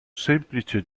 semplice